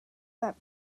that